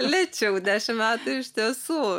lėčiau dešim metų iš tiesų